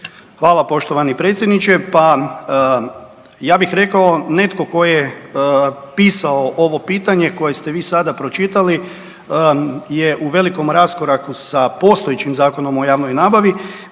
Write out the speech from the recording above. Hvala poštovani predsjedniče. Pa ja bih rekao netko tko je pisao ovo pitanje koje ste vi sada pročitali je u velikom raskoraku sa postojećim Zakonom o javnoj nabavi.